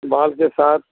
बाल के साथ